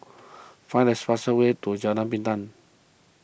find this fast way to Jalan Pinang